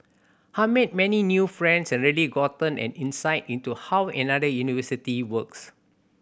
I've made many new friends and really gotten an insight into how another university works